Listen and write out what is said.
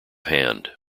hand